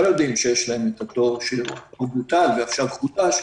יודעים שיש להם את התור שהוא בוטל ועכשיו חודש,